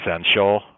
essential